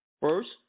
First